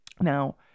Now